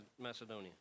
Macedonia